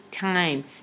time